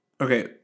Okay